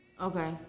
Okay